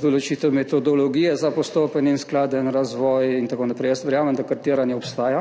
določitev metodologije za postopen in skladen razvoj in tako naprej. Jaz verjamem, da kartiranje obstaja